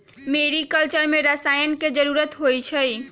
mariculture में रसायन के जरूरत होई छई